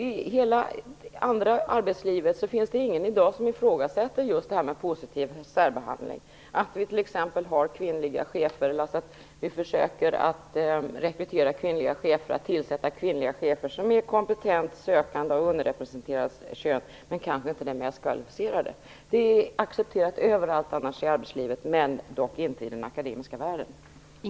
I övriga arbetslivet finns det i dag ingen som ifrågasätter positiv särbehandling eller att vi t.ex. försöker rekrytera och tillsätta kvinnliga chefer som är kompetenta sökande av underrepresenterat kön, men kanske inte de mest kvalificerade. Det är accepterat överallt annars i arbetslivet, men dock inte i den akademiska världen.